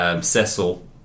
Cecil